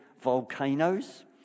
volcanoes